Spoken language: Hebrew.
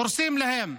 הורסים להם,